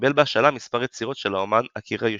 קיבל בהשאלה מספר יצירות של האומן אקירה יושיזוואה.